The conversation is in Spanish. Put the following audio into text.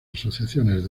asociaciones